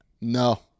No